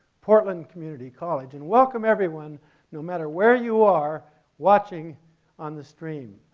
portland community college and welcome everyone no matter where you are watching on this dream.